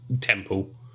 temple